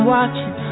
Watching